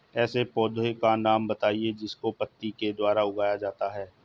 ऐसे पौधे का नाम बताइए जिसको पत्ती के द्वारा उगाया जाता है